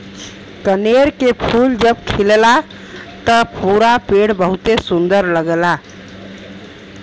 कनेर के फूल जब खिलला त पूरा पेड़ बहुते सुंदर लगला